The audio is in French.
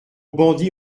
bandits